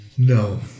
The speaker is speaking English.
No